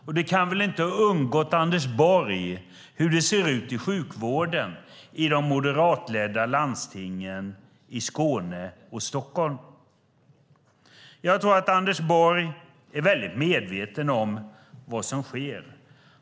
Och det kan väl inte ha undgått Anders Borg hur det ser ut i sjukvården i de moderatledda landstingen i Skåne och Stockholm? Jag tror att Anders Borg är väldigt medveten om vad som sker.